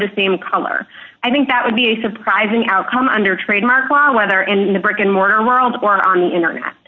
the same color i think that would be a surprising outcome under trademark law whether in the brick and mortar world or on the internet